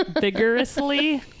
vigorously